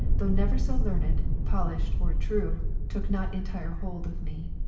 though never so learned, polished, or true, took not entire hold of me.